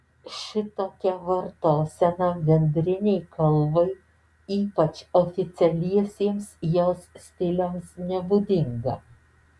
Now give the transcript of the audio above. šitokia vartosena bendrinei kalbai ypač oficialiesiems jos stiliams nebūdinga